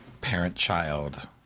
parent-child